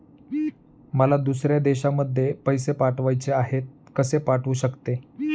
मला दुसऱ्या देशामध्ये पैसे पाठवायचे आहेत कसे पाठवू शकते?